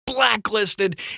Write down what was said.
blacklisted